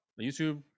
YouTube